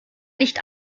nicht